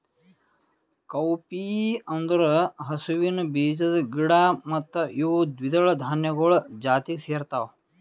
cowpea ಅಂದುರ್ ಹಸುವಿನ ಬೀಜದ ಗಿಡ ಮತ್ತ ಇವು ದ್ವಿದಳ ಧಾನ್ಯಗೊಳ್ ಜಾತಿಗ್ ಸೇರ್ತಾವ